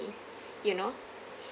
you know